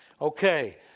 Okay